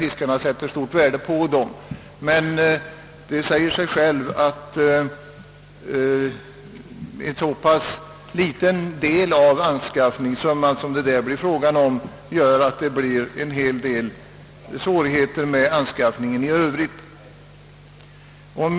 Fiskarna sätter stort värde på dem, men det säger sig självt att en så pass liten del av anskaffningssumman som det här blir fråga om medför att det blir svårigheter att skaffa det behövliga kapitalet i övrigt.